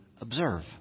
observe